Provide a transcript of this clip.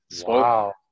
Wow